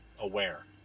aware